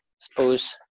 suppose